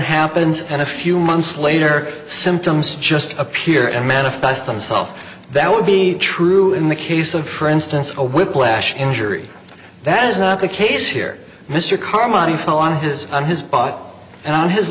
happens and a few months later symptoms just appear and manifest themselves that would be true in the case of for instance a whiplash injury that is not the case here mr carmody fell on his on his butt and on his